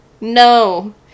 no